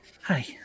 Hi